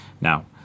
now